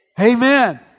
Amen